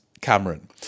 Cameron